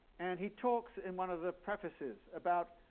and he talks in one of the prefaces about